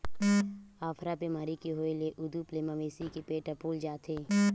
अफरा बेमारी के होए ले उदूप ले मवेशी के पेट ह फूल जाथे